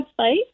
website